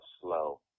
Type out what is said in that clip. slow